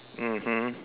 mmhmm